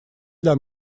для